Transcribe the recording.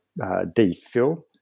DPhil